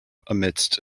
amidst